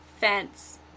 fence